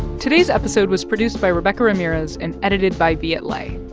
today's episode was produced by rebecca ramirez and edited by viet le.